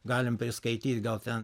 galim tai skaityt gal ten